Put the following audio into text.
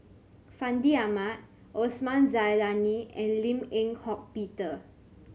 Fandi Ahmad Osman Zailani and Lim Eng Hock Peter